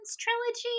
Trilogy